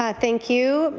ah thank you,